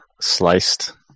sliced